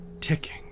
ticking